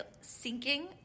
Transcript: sinking